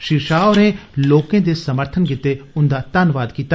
श्री षाह होरें लोकें दे समर्थन लेई उंदा धन्नबाद कीता